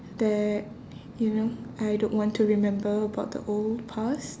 that you know I don't want to remember about the old past